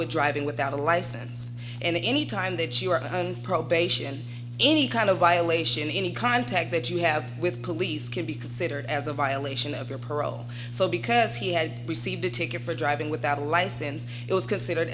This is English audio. with driving without a license and any time that you are one hundred probation any kind of violation any contact that you have with police can be considered as a violation of your parole so because he had received a ticket for driving without a license it was considered